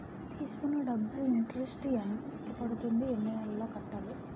తీసుకున్న డబ్బు మీద ఇంట్రెస్ట్ ఎంత పడుతుంది? ఎన్ని నెలలో కట్టాలి?